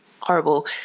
horrible